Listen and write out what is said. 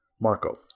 Marco